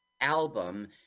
album